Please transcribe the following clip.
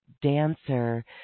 dancer